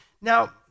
Now